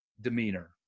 demeanor